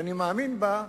ואני מאמין בה,